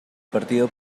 partido